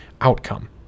outcome